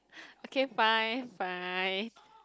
okay fine fine